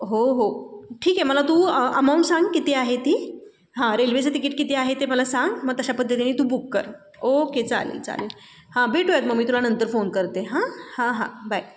हो हो ठीक आहे मला तू अमाऊंट सांग किती आहे ती हां रेल्वेचं तिकीट किती आहे ते मला सांग मग तशा पद्धतीने तू बुक कर ओके चालेल चालेल हां भेटुया मग मी तुला नंतर फोन करते हां हां हां बाय